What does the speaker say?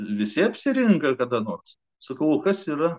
visi apsirinka kada nors sakau kas yra